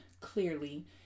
clearly